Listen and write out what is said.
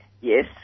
Yes